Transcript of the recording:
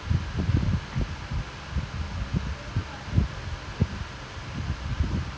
that's the problem lah because weekday even friday like err easiy available lah like friday saturday sunday இல்லாட்டி:illaatti